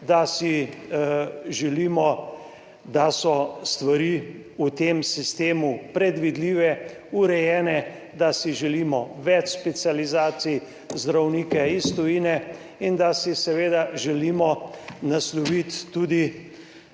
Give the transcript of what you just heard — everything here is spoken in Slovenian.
da si želimo, da so stvari v tem sistemu predvidljive, urejene, da si želimo več specializacij, zdravnike iz tujine in da si seveda želimo nasloviti tudi